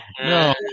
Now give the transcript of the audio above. No